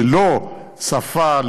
ללא שפה,